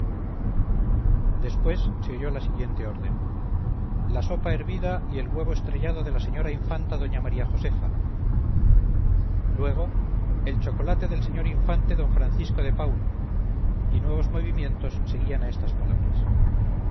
después se oyó la siguiente orden la sopa hervida y el huevo estrellado de la señora infanta doña maría josefa luego el chocolate del señor infante d francisco de paula y nuevos movimientos seguían a estas palabras